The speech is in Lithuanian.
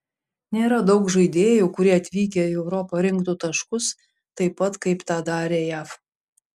nėra daug žaidėjų kurie atvykę į europą rinktų taškus taip pat kaip tą darė jav